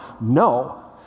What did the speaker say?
No